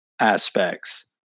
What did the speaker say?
aspects